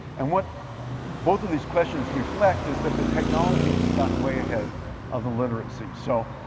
and what both of these questions reflect is that the technologies have gotten way ahead of the literacy. so,